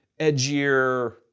edgier